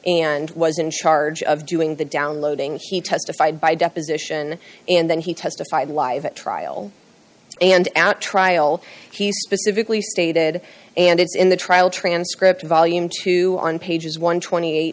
and was in charge of doing the downloading he testified by deposition and then he testified live at trial and out trial he specifically stated and it's in the trial transcript in volume two on pages one